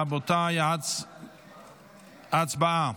רבותיי, הצבעה.